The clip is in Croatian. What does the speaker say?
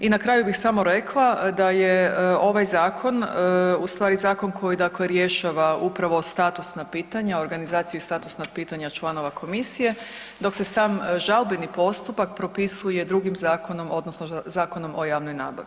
I na kraju bih samo rekla da je ovaj zakon u stvari zakon koji dakle rješava upravo statusna pitanja, organizaciju i statusna pitanja članova komisije dok se sam žalbeni postupak propisuje drugim zakonom odnosno Zakonom o javnoj nabavi.